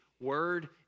word